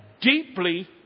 deeply